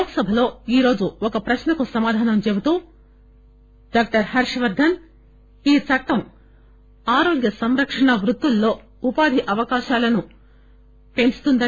లోక్ సభలో ఈ రోజు ఒక ప్రశ్నకు సమాధానం చెబుతూ డాక్టర్ హర్గవర్దన్ ఈ చట్టం ఆరోగ్య సంరక్షణ వృత్తులలో ఉపాధి అవకాశాలను పెంచుతుంది